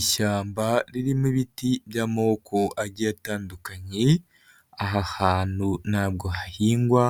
Ishyamba ririmo ibiti by'amoko agiye atandukanye, aha hantu ntabwo hahingwa,